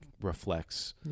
reflects